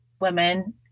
women